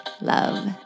love